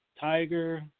Tiger